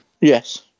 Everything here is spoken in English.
Yes